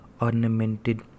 ornamented